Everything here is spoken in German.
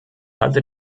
halte